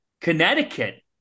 Connecticut